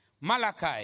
Malachi